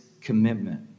commitment